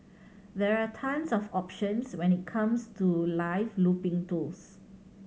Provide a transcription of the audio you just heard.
there are tons of options when it comes to live looping tools